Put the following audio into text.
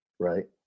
Right